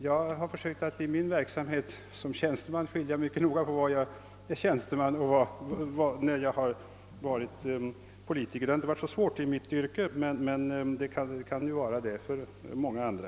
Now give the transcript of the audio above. Jag har i min verksamhet som tjänsteman försökt att noga skilja på när jag är tjänsteman och när jag är politiker. Det har inte varit så svårt för mig i mitt yrke, men det kan vara svårt för många andra.